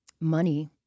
money